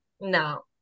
no